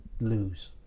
lose